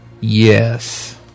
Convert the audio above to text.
Yes